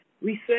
Research